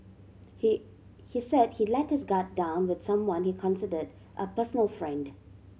he he said he let his guard down with someone he considered a personal friend